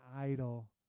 idol